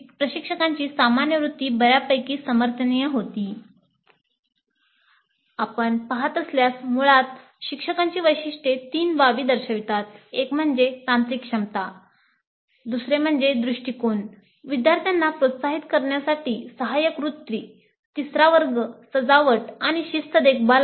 प्रशिक्षकाची सामान्य वृत्ती बर्यापैकी समर्थनीय होती आपण पहात असल्यास मुळात शिक्षकांची वैशिष्ट्ये तीन बाबीं दर्शवतात एक म्हणजे तांत्रिक क्षमता ज्ञान दुसरा म्हणजे दृष्टीकोन आहेविद्यार्थ्यांना प्रोत्साहित करणारी सहायक वृत्ती तिसरा वर्ग योग्य वर्तन आणि शिस्त देखभाल आहे